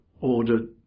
ordered